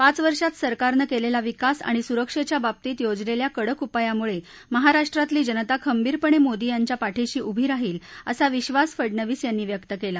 पाच वर्षांत सरकारनं केलेला विकास आणि सुरक्षेच्या बाबतीत योजलेल्या कडक उपायामुळे महाराष्ट्रातली जनता खंबीरपणे मोदी यांच्या पाठिशी उभी राहील असा विश्वास फडनवीस यांनी व्यक्त केला